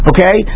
Okay